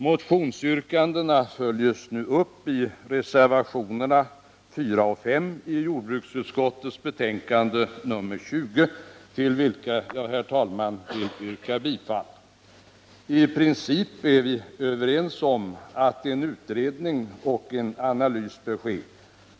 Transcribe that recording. Motionsyrkandena följs nu upp i reservationerna 4 och 5 i jordbruksutskottets betänkande nr 20, till vilka jag, herr talman, vill yrka bifall. I princip är vi överens om att en utredning och en analys nu bör ske.